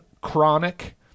chronic